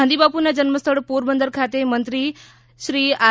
ગાંધી બાપુના જન્મસ્થળ પોરબંદર ખાતે મંત્રી આર